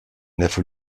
neffe